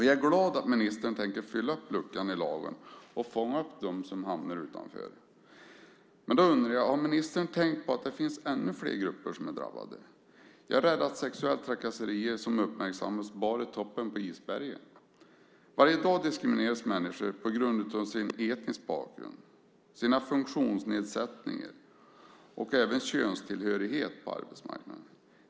Jag är glad att ministern tänker fylla igen luckan i lagen och fånga upp dem som hamnar utanför. Jag undrar dock om ministern tänkt på att det finns fler grupper som är drabbade. Jag är rädd för att de sexuella trakasserier som uppmärksammas bara är toppen på ett isberg. Varje dag diskrimineras människor på arbetsmarknaden på grund av deras etniska bakgrund, funktionsnedsättningar och även könstillhörighet.